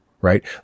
right